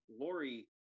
Lori